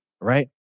right